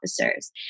officers